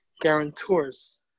guarantors